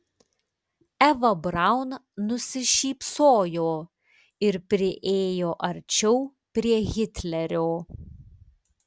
eva braun nusišypsojo ir priėjo arčiau prie hitlerio